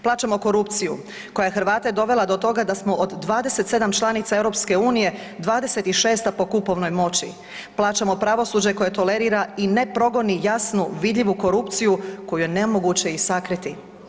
Plaćamo korupciju koja je Hrvate dovela do toga da smo od 27 članica EU 26 po kupovnoj moći, plaćamo pravosuđe koje tolerira i ne progoni jasnu, vidljivu korupciju koju je nemoguće i sakriti.